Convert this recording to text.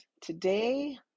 Today